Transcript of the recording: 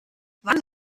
wann